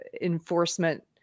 enforcement